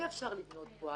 אי אפשר לבנות פה,